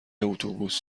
اتوبوس